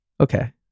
Okay